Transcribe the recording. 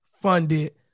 funded